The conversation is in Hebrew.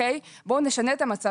בואו נשנה את המצב.